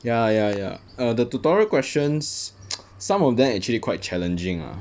ya ya ya err the tutorial questions some of them actually quite challenging ah